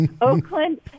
Oakland